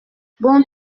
bon